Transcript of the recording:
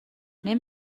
نمی